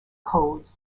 codes